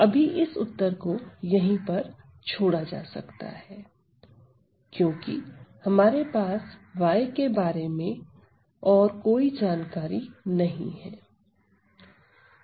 अभी इस उत्तर को यहीं पर छोड़ा जा सकता है क्योंकि हमारे पास y के बारे में और कोई जानकारी नहीं है